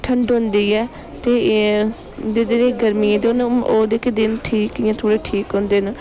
ठंड होंदी ऐ ते जेह्दे गर्मियें दे दिन ओह्दे क दिन ठीक इयां थोह्ड़े ठीक होंदे न